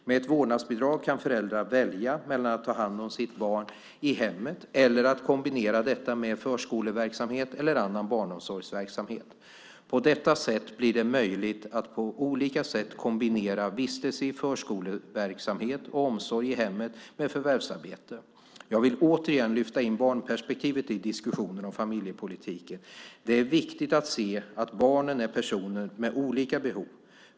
Med ett vårdnadsbidrag kan föräldrar välja mellan att ta hand om sitt barn i hemmet, eller att kombinera detta med förskoleverksamhet eller annan barnomsorgsverksamhet. På detta sätt blir det möjligt att på olika sätt kombinera vistelse i förskoleverksamhet och omsorg i hemmet med förvärvsarbete. Jag vill här återigen lyfta in barnperspektivet i diskussionen om familjepolitiken. Det är viktigt att se att barnen är personer med olika behov.